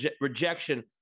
rejection